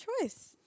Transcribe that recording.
choice